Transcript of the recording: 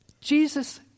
Jesus